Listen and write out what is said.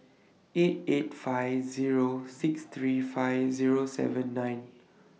eight eight five Zero six three five Zero seven nine